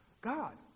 God